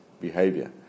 behavior